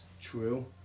true